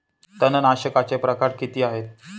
तणनाशकाचे प्रकार किती आहेत?